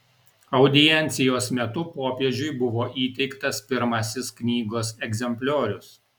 audiencijos metu popiežiui buvo įteiktas pirmasis knygos egzempliorius